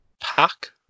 pack